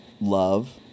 love